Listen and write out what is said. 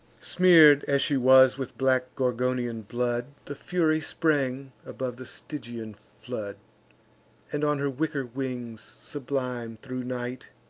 smear'd as she was with black gorgonian blood, the fury sprang above the stygian flood and on her wicker wings, sublime thro' night,